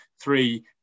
three